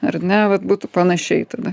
ar ne vat būtų panašiai tada